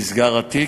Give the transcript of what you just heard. נסגר התיק,